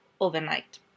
Overnight